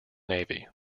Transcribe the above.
navy